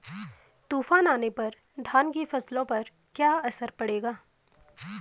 तूफान आने पर धान की फसलों पर क्या असर पड़ेगा?